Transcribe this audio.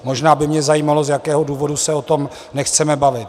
Možná by mě zajímalo, z jakého důvodu se o tom nechceme bavit.